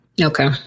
Okay